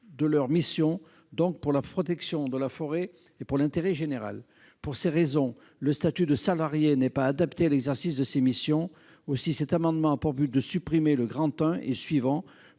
de leurs missions, donc pour la protection de la forêt et pour l'intérêt général. Pour ces raisons, le statut de salarié n'est pas adapté à l'exercice de ces missions. Aussi, cet amendement vise à supprimer l'article 33 et,